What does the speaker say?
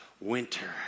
winter